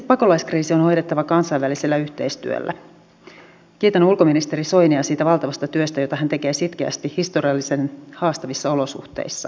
kun meillä on kaoottinen tilanne siinä vaiheessa niin voidaanko silloin ajatella niin että tätä paikallista sopimista voitaisiin lisätä sitten enemmän kuin nyt on ajateltu